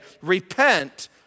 Repent